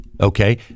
Okay